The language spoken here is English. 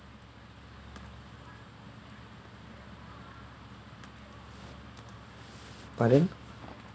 but then